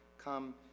come